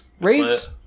Raids